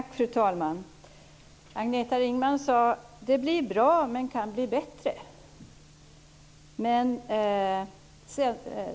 Fru talman! Agneta Ringman sade att det blir bra men kan bli bättre.